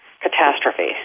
catastrophe